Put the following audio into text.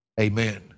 Amen